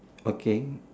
okay